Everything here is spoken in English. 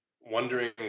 wondering